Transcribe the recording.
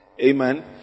Amen